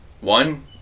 one